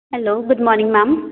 hello good morning ma'am